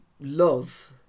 love